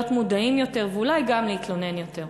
להיות מודעים יותר ואולי גם להתלונן יותר.